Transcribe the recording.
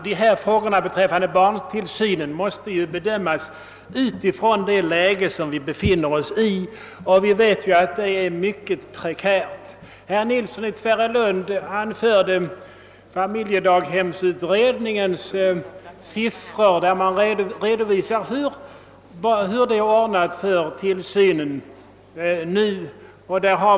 Herr talman! Frågorna ' beträffande barntillsynen måste bedömas utifrån det läge som vi befinner oss i. Vi vet att läget är prekärt. Herr "Nilsson i Tvärålund anförde familjedaghemsutredningens betänkande, vari det med siffror redovisas hur det är ordnat med barntillsyn.